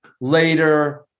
later